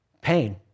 pain